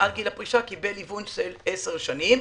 עד גיל הפרישה קיבל היוון של 10 שנים.